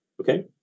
Okay